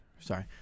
Sorry